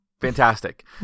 fantastic